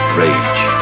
rage